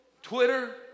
Twitter